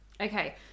Okay